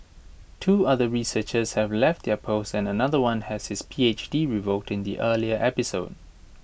two other researchers have left their posts and another one had his PhD revoked in the earlier episode